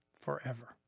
forever